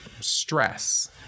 stress